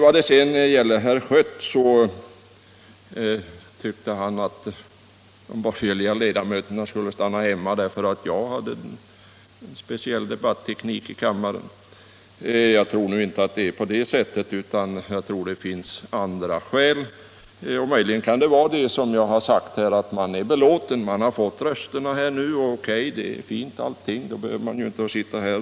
Herr Schött antydde att de borgerliga kammarledamöterna skulle stanna hemma därför att jag skulle tillämpa en speciell debatteknik i kammaren. Jag tror nu inte att det är så utan förmodar att man har andra skäl. Möjligen kan det vara så som jag har sagt, att man är belåten med att ha fått sina röster. Då behöver man inte här i riksdagen arbeta för att F 12 skall få vara kvar.